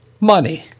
money